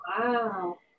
wow